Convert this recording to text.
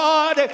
God